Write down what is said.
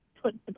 put